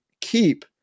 keep